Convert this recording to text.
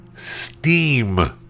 steam